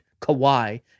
Kawhi